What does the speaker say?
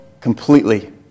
completely